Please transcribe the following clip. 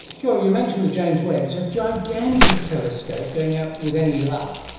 sure, you mention the james webb, gigantic telescope, going up, with any luck,